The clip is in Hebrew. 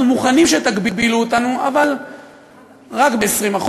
אנחנו מוכנים שתגבילו אותנו, אבל רק ב-20%.